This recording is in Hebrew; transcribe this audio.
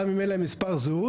גם אם אין להם מספר זהות.